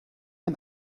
dem